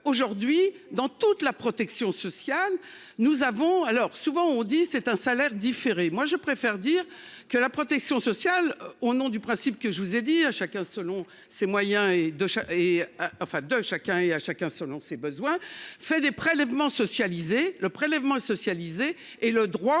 aujourd'hui dans toute la protection sociale. Nous avons alors souvent on dit c'est un salaire différé, moi je préfère dire que la protection sociale au nom du principe que je vous ai dit à chacun selon ses moyens et de et enfin de chacun et à chacun selon ses besoins, fait des prélèvements socialiser le prélèvement socialiser et le droit